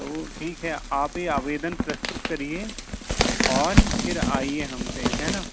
तो ठीक है आप ही आवेदन प्रस्तुत करिए और फिर आइए हम से है ना